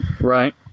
Right